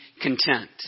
content